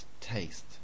taste